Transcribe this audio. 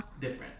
different